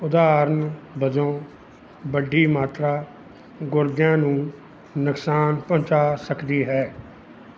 ਉਦਾਹਰਣ ਵਜੋਂ ਵੱਡੀ ਮਾਤਰਾ ਗੁਰਦਿਆਂ ਨੂੰ ਨੁਕਸਾਨ ਪਹੁੰਚਾ ਸਕਦੀ ਹੈ